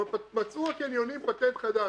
אבל מצאו החניונים פטנט חדש: